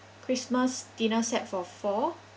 christmas dinner set for four